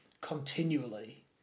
continually